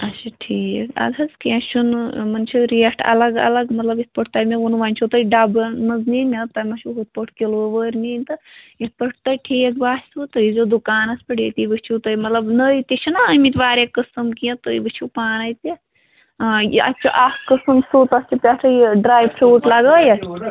اچھا ٹھیٖک اَدٕ حظ کیٚنہہ چھُنہٕ یِمَن چھِ ریٹ الگ الگ مطلب یِتھ پٲٹھۍ تۄہہِ مےٚ ووٚنوُ وۄنۍ چھُو تۄہہِ ڈَبَن منٛز نِنۍ مےٚ دوٚپ تۄہہِ ما چھُو ہُتھ پٲٹھۍ کِلُوٕ وٲرۍ نِنۍ تہٕ یِتھ پٲٹھۍ تۄہہِ ٹھیٖک باسِو تُہۍ ییٖزیو دُکانَس پٮ۪ٹھ ییٚتی وٕچھِو تُہۍ مطلب نٔے تہِ چھِنہ آمٕتۍ واریاہ قٕسٕم کیٚنہہ تُہۍ وٕچھُو پانَے تہِ اۭں اَتھ چھُ اَکھ قٕسٕم سُہ تَتھ چھِ پٮ۪ٹھٕ یہِ ڈرٛاے فروٗٹ لگٲیِتھ